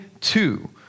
two